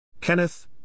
Kenneth